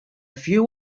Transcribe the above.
few